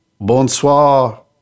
Bonsoir